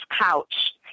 couch